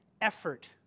effort